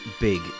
big